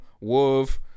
Wolf